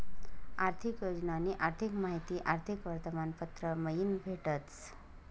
आर्थिक योजनानी अधिक माहिती आर्थिक वर्तमानपत्र मयीन भेटस